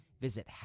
Visit